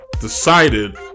decided